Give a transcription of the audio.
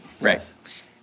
right